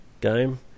game